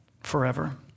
forever